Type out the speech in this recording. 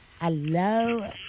Hello